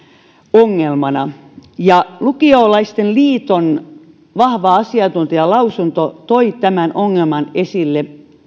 ongelmana ja lukio laisten liiton vahva asiantuntijalausunto toi tämän ongelman esille